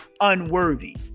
unworthy